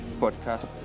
podcast